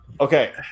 okay